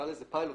נקרא לזה פיילוט,